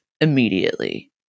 immediately